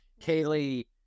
Kaylee